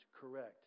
correct